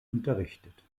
unterrichtet